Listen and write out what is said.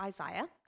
Isaiah